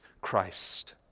Christ